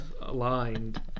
aligned